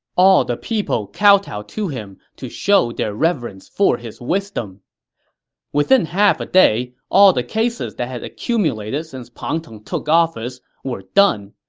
all the people kowtowed to him to show their reverence for his wisdom within half a day, all the cases that had accumulated since pang tong took office were done.